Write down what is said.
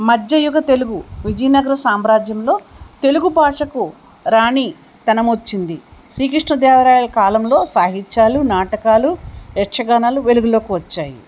మధ్య యుగ తెలుగు విజయనగర సామ్రాజ్యంలో తెలుగు భాషకు రాణితనం వచ్చింది శ్రీకృష్ణదేవరాయాల కాలంలో సాహిత్యాలు నాటకాలు యక్షగానాాలు వెలుగులోకి వచ్చాయి